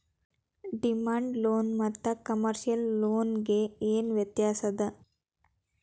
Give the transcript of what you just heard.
Demand loan ಮತ್ತ commercial loan ಗೆ ಏನ್ ವ್ಯತ್ಯಾಸದ?